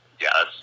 Yes